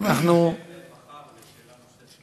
ואני ארשם מחר לשאלה נוספת.